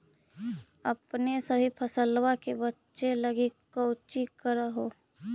अपने सभी फसलबा के बच्बे लगी कौची कर हो?